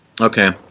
Okay